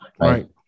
right